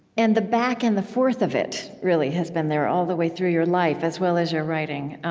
and the back and the forth of it, really, has been there all the way through your life, as well as your writing.